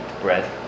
bread